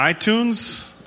iTunes